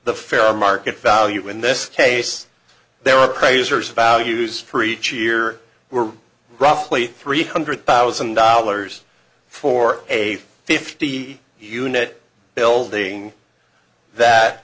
the fair market value in this case there are prayers or values for each year we're roughly three hundred thousand dollars for a fifty unit building